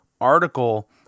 article